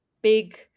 big